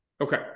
Okay